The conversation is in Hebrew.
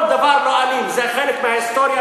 כל דבר לא אלים זה חלק מההיסטוריה,